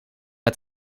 met